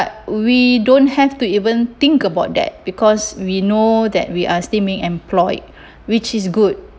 we don't have to even think about that because we know that we are still being employed which is good